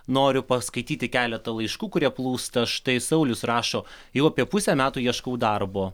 noriu paskaityti keletą laiškų kurie plūsta štai saulius rašo jau apie pusę metų ieškau darbo